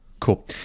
cool